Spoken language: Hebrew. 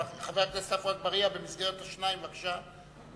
חבר הכנסת עפו אגבאריה, במסגרת השניים, בבקשה.